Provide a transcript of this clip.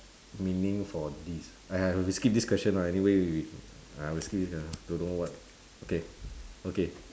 meaning for this !aiya! we skip this question lah anyway we ah we skip this question don't know what okay okay